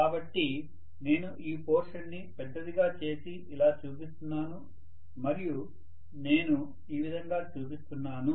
కాబట్టి నేను ఈ పోర్షన్ ని పెద్దదిగా చేసి ఇలా చూపిస్తున్నాను మరియు నేను ఈ విధంగా చూపిస్తున్నాను